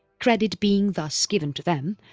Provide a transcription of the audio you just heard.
credit being thus given to them,